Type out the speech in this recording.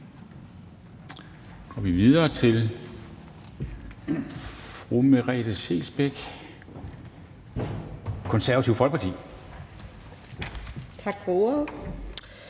Så går vi videre til fru Merete Scheelsbeck, Det Konservative Folkeparti.